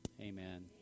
amen